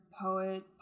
poet